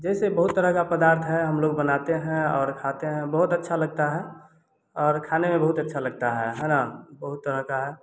जैसे बहुत तरह का पदार्थ है हम लोग बनाते हैं और खाते हैं बहुत अच्छा लगता है और खाने में बहुत अच्छा लगता है है ना बहुत तरह का